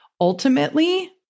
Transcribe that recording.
Ultimately